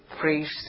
priest